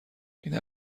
این